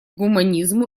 гуманизму